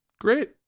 great